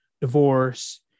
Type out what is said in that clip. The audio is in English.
divorce